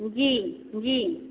जी जी